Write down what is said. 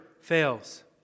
fails